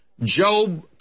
Job